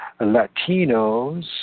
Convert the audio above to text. Latinos